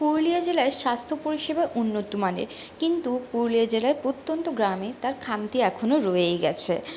পুরুলিয়া জেলার স্বাস্থ্য পরিষেবা উন্নতমানের কিন্তু পুরুলিয়ার জেলার প্রত্যন্ত গ্রামে তার খামতি এখনও রয়েই গেছে